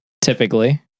typically